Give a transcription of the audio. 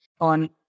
on